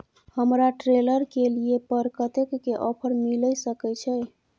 हमरा ट्रेलर के लिए पर कतेक के ऑफर मिलय सके छै?